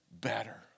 better